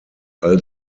all